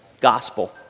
gospel